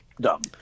dumb